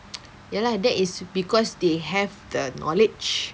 ya lah that is because they have the knowledge